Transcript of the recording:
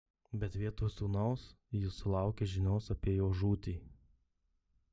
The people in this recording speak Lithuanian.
bet vietoj sūnaus ji sulaukė žinios apie jo žūtį